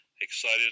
Excited